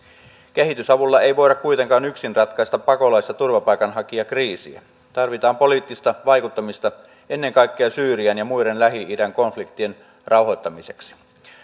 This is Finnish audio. kehitysavulla ei voida kuitenkaan yksin ratkaista pakolais ja turvapaikanhakijakriisiä tarvitaan poliittista vaikuttamista ennen kaikkea syyrian ja muiden lähi idän konfliktien rauhoittamiseksi